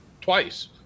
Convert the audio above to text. twice